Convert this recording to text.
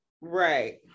Right